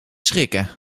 schrikken